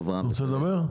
מילים.